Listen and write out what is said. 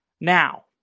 Now